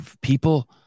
people